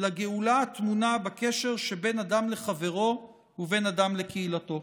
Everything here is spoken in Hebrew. לגאולה הטמונה בקשר שבין אדם לחברו ובין אדם לקהילתו.